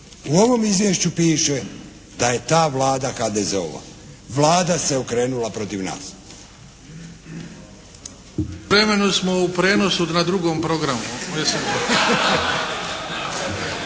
U ovom izvješću piše da je ta Vlada HDZ-ova. Vlada se okrenula protiv nas.